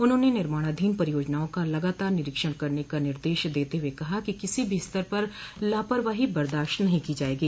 उन्होंने निर्माणाधीन परियोजनाओं का लगातार निरीक्षण करने का निर्देश देते हुए कहा कि किसी भी स्तर पर लापरवाही बदाश्त नहीं की जायेगी